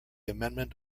amendment